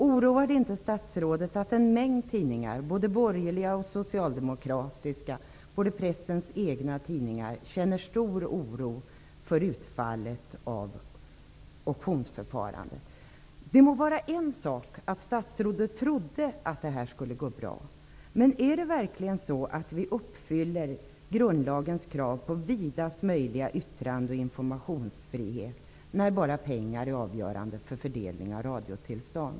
Oroar det inte statsrådet att en mängd tidningar -- borgerliga och socialdemokratiska och även pressens egna tidningar -- känner stor oro över utfallet av auktionsförfarandet? Det är en sak att statsrådet trodde att det här skulle gå bra. Men är det verkligen så att vi uppfyller grundlagens krav på vidast möjliga yttrande och informationsfrihet när det bara är pengar som är avgörande vid fördelningen av radiotillstånd?